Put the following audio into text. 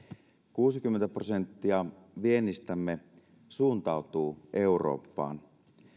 kuusikymmentä prosenttia viennistämme suuntautuu eurooppaan